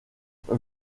the